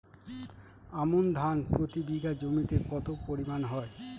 আমন ধান প্রতি বিঘা জমিতে কতো পরিমাণ হয়?